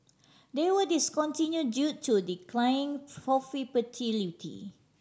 they were discontinue due to declining profitability